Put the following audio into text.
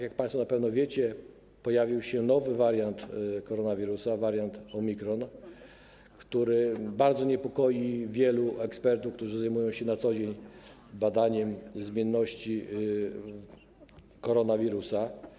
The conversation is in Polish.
Jak państwo na pewno wiecie, pojawił się nowy wariant koronawirusa, wariant Omikron, który bardzo niepokoi wielu ekspertów, którzy zajmują się na co dzień badaniem zmienności koronawirusa.